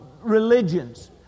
religions